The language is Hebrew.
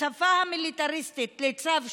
בשפה המיליטריסטית, לצו 8,